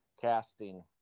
casting